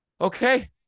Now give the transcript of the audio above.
Okay